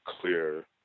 clear